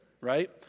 right